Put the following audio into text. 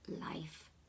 life